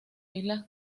islas